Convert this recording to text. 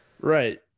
Right